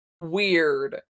weird